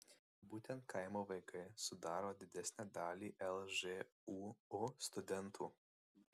būtent kaimo vaikai sudaro didesnę dalį lžūu studentų